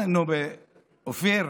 אופיר,